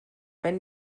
wenn